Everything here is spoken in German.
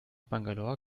bangalore